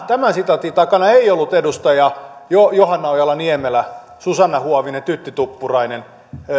tämän sitaatin takana ei ollut edustaja johanna ojala niemelä susanna huovinen tytti tuppurainen